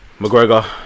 McGregor